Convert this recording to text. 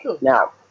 Now